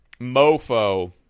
mofo